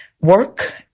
work